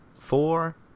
Four